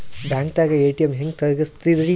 ಬ್ಯಾಂಕ್ದಾಗ ಎ.ಟಿ.ಎಂ ಹೆಂಗ್ ತಗಸದ್ರಿ?